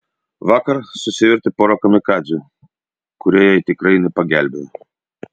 vakar susivertė porą kamikadzių kurie jai tikrai nepagelbėjo